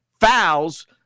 fouls